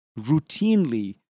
routinely